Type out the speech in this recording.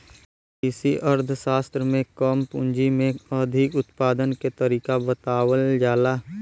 कृषि अर्थशास्त्र में कम पूंजी में अधिक उत्पादन के तरीका बतावल जाला